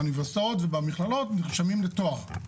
באוניברסיטאות ובמכללות נרשמים לתואר,